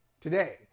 today